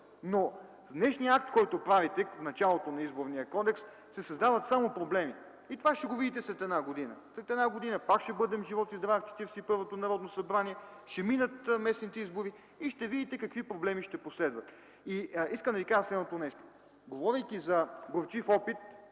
но с днешния акт, който правите в началото на Изборния кодекс, се създават само проблеми и това ще го видите след една година. След една година пак ще бъдем, живот и здраве, в Четиридесет и първото Народно събрание, ще минат местните избори и ще видите какви проблеми ще последват. Искам да ви кажа следното нещо. Говорейки за горчив опит,